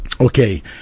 Okay